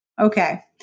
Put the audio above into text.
Okay